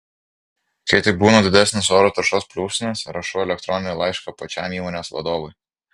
kai tik būna didesnis oro taršos pliūpsnis rašau elektroninį laišką pačiam įmonės vadovui